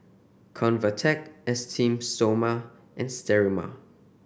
Convatec Esteem Stoma and Sterimar